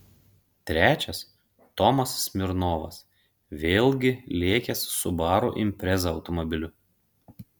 trečias tomas smirnovas vėlgi lėkęs subaru impreza automobiliu